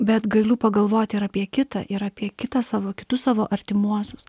bet galiu pagalvoti ir apie kitą ir apie kitą savo kitus savo artimuosius